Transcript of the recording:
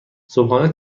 صبحانه